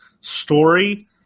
story